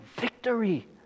victory